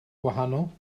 gwahanol